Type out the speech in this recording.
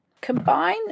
Combine